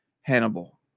hannibal